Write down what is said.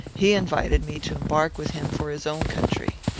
he invited me to embark with him for his own country.